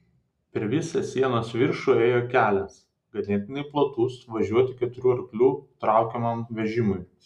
per visą sienos viršų ėjo kelias ganėtinai platus važiuoti keturių arklių traukiamam vežimui